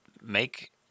Make